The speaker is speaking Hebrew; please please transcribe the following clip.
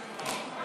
(תיקון